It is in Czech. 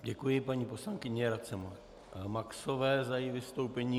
Děkuji paní poslankyni Radce Maxové za její vystoupení.